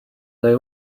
they